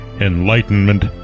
enlightenment